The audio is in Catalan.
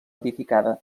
edificada